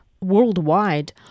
worldwide